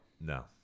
No